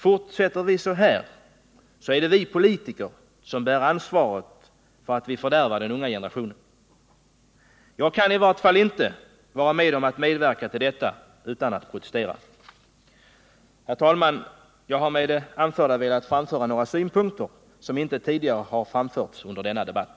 Fortsätter vi så här, så är det vi politiker som bär ansvaret för att vi fördärvar den unga generationen. Jag kan i vart fall inte medverka till detta utan att protestera. Herr talman! Jag har med det anförda velat framföra några synpunkter som inte tidigare kommit till uttryck under denna debatt.